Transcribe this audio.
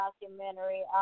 documentary